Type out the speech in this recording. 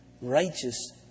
righteous